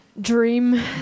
dream